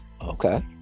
Okay